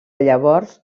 llavors